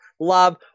love